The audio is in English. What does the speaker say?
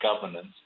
governance